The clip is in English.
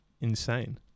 Insane